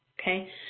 okay